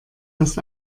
das